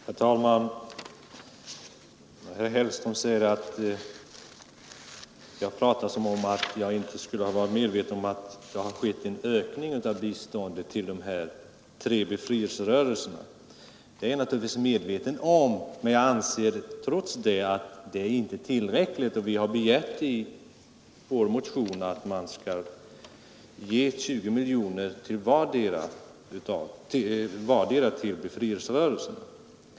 Herr talman! Herr Hellström sade att jag talar som om jag inte skulle vara medveten om att det har skett en ökning av biståndet till de tre befrielserörelserna. Jo, det är jag naturligtvis medveten om. Men jag anser att biståndet inte är tillräckligt. Och vi har i vår motion begärt att riksdagen skall ge 20 miljoner kronor till vardera befrielserörelsen.